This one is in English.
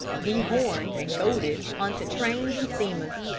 dehorned and goaded on to trains and steamers.